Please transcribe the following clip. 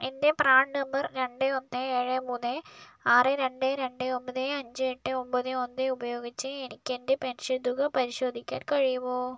എൻ്റെ PRAN number രണ്ട് ഒന്ന് ഏഴ് മൂന്ന് ആറ് രണ്ട് രണ്ട് ഒൻപത് അഞ്ച് എട്ട് ഒൻപത് ഒന്ന് ഉപയോഗിച്ച് എനിക്ക് എൻ്റെ പെൻഷൻ തുക പരിശോധിക്കാൻ കഴിയുമോ